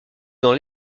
dans